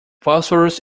phosphorus